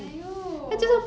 !aiyo!